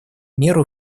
меру